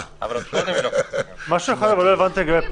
הבנתי.